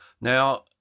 Now